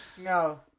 No